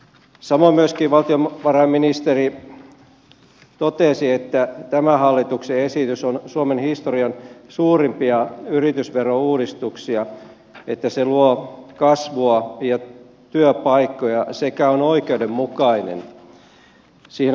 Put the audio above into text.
samoin myöskin valtiovarainministeri totesi että tämä hallituksen esitys on suomen historian suurimpia yritysverouudistuksia että se luo kasvua ja työpaikkoja sekä on oikeudenmukainen